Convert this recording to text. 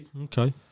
Okay